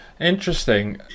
Interesting